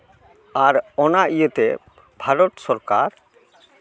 ᱟᱨ ᱚᱱᱟ ᱤᱭᱟᱹᱛᱮ ᱵᱷᱟᱨᱚᱛ ᱥᱚᱨᱠᱟᱨ